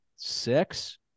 Six